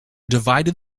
divided